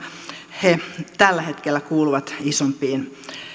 he tällä hetkellä kuuluvat isoimpiin